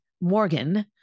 Morgan